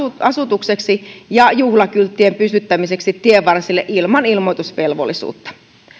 asumukseksi ja juhlakylttien pystyttäminen tienvarsille ilman ilmoitusvelvollisuutta